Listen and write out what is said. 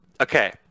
Okay